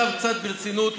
עכשיו קצת ברצינות,